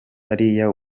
bariya